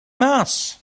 mas